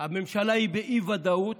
הממשלה באי-ודאות,